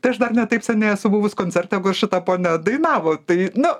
tai aš dar ne taip seniai esu buvus koncerte šita ponia dainavo tai nu